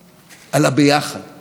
על החשיבות של הביחד,